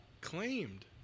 claimed